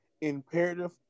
imperative